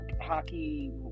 hockey